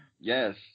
yes